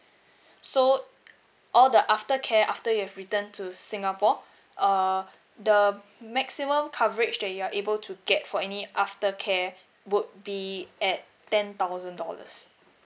so all the aftercare after you have returned to singapore uh the maximum coverage that you're able to get for any aftercare would be at ten thousand dollars